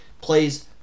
plays